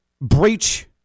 breach